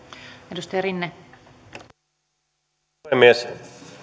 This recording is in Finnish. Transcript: arvoisa puhemies